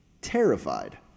terrified